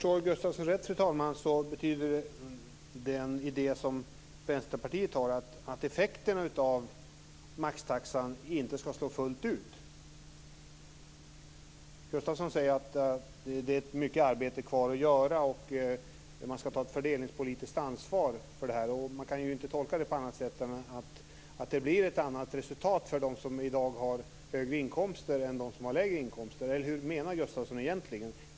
Fru talman! Om jag förstår Gustavsson rätt betyder den idé som Vänsterpartiet har att effekten av maxtaxan inte skall slå fullt ut. Gustavsson säger att det är mycket arbete kvar att göra och att man skall ta ett fördelningspolitiskt ansvar för detta. Man kan ju inte tolka det på annat sätt än att det blir ett annat resultat för dem som i dag har högre inkomster än för dem som har lägre inkomster. Hur menar Gustavsson egentligen?